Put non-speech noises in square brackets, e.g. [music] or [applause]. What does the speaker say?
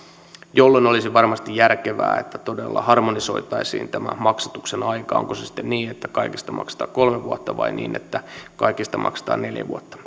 jolloin olisi varmasti järkevää että todella harmonisoitaisiin tämä maksatuksen aika onko se sitten niin että kaikista maksetaan kolme vuotta vai niin että kaikista maksetaan neljä vuotta [unintelligible]